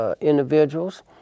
individuals